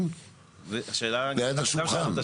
אנחנו גם שאלנו את השאלה.